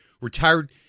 Retired